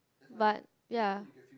but ya